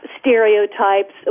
stereotypes